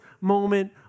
moment